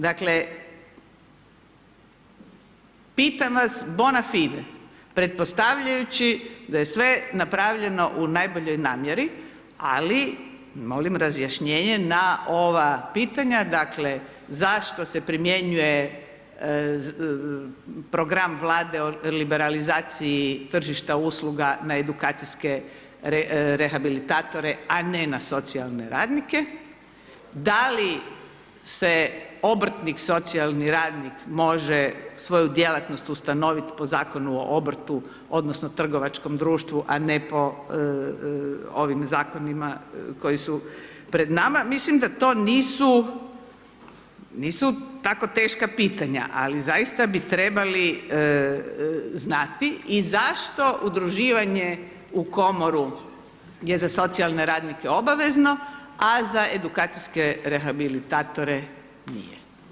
Dakle, pitam vas bona fide, pretpostavljajući da je sve napravljeno u najboljoj namjeri, ali molim razjašnjenje na ova pitanja, dakle, zašto se primjenjuje program Vlade o liberalizaciji tržišta usluga na edukacijske rehabilitatore, a ne na socijalne radnike, da li se obrtnik socijalni radnik može svoju djelatnost ustanovit po Zakonu o obrtu odnosno trgovačkom društvu, a ne po ovim Zakonima koji su pred nama, mislim da to nisu, nisu tako teška pitanja, ali zaista bi trebali znati, i zašto udruživanje u Komoru gdje za socijalne radnike obavezno, a za edukacijske rehabilitatore nije.